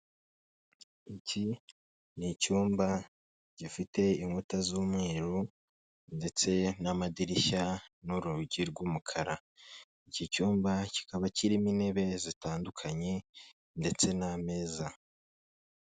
Iki ni icyumba gifite inkuta z'umweru ndetse n'amadirishya n'urugi rw'umukara iki cyumba kikaba kirimo intebe zitandukanye ndetse n'ameza.